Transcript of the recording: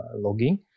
logging